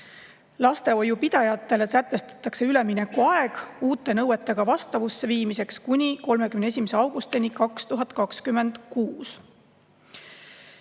Lastehoiu pidajatele sätestatakse üleminekuaeg uute nõuetega vastavusse viimiseks kuni 31. augustini 2026.